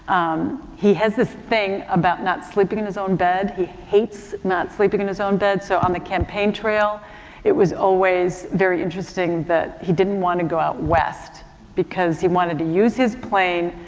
um, he has this thing about not sleeping in his own bed. he hates not sleeping in his own bed so on the campaign trail it was always very interesting that he didn't want to go out west because he wanted to use his plane,